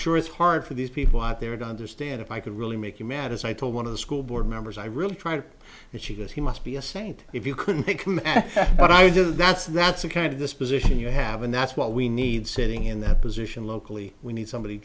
sure it's hard for these people out there to understand if i could really make you mad as i told one of the school board members i really try to but she goes he must be a saint if you couldn't pick what i would do that's that's a kind of this position you have and that's what we need sitting in that position locally we need somebody